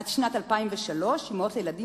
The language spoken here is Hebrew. עד שנת 2003 אמהות לילדים,